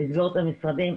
לסגור את המשרדים,